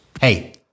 Hey